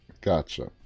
Gotcha